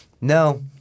No